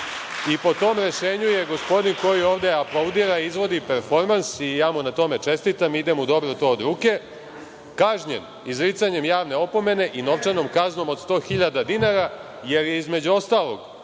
i po tom rešenju je gospodin koji ovde aplaudira, izvodi performans i ja mu na tome čestitam, ide mu dobro to od ruke, kažnjen izricanjem javne opomene i novčanom kaznom od 100.000 dinara, jer je između ostalog